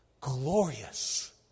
glorious